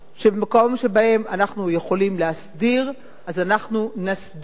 שבמקומות שבהם אנחנו יכולים להסדיר אז אנחנו נסדיר ונפתור,